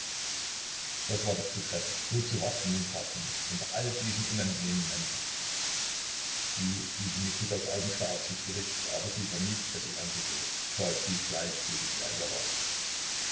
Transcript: das war doch zu gräßlich so zu warten und warten unter all diesen unangenehmen menschen sie fühlte mikitas augen starr auf sich gerichtet aber sie vermied es ihn anzusehen gott wie gleichgültig er ihr war